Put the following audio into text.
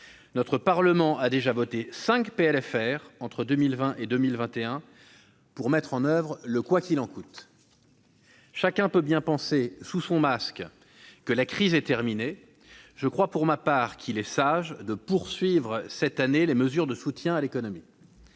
loi de finances rectificative entre 2020 et 2021 pour mettre en oeuvre le « quoi qu'il en coûte ». Chacun peut bien penser, sous son masque, que la crise est terminée. Je crois pour ma part qu'il est sage de poursuivre cette année les mesures de soutien à l'économie,